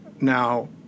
Now